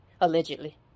Allegedly